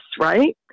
Right